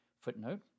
Footnote